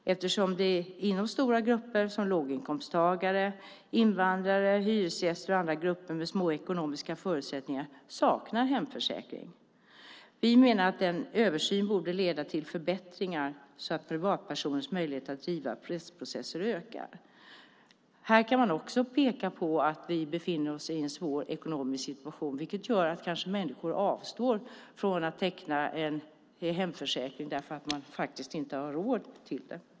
Det är stora grupper som låginkomsttagare, invandrare, hyresgäster och andra grupper med små ekonomiska förutsättningar som saknar hemförsäkring. Vi menar att en översyn borde leda till förbättringar så att privatpersoners möjligheter att driva rättsprocesser ökar. Här kan man också peka på att vi befinner oss i en svår ekonomisk situation där människor kanske avstår från att teckna en hemförsäkring för att de faktiskt inte har råd till det.